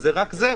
וזה רק זה,